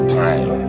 time